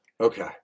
Okay